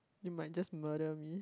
you might just murder me